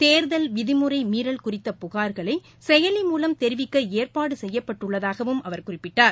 தேர்தல் நெறிமுறைமீறல் குறித்த புகார்களைசெயலி மூலம் தெரிவிக்கஏற்பாடுசெய்யப்பட்டுள்ளதாகவும் அவர் குறிப்பிட்டார்